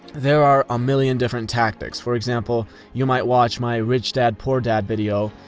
there are a million different tactics. for example, you might watch my rich dad poor dad video,